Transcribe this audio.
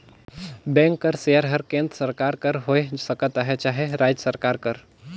bank कर share हर केन्द्र सरकार कर होए सकत अहे चहे राएज सरकार कर